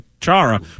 Chara